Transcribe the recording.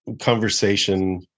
conversation